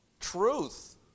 Truth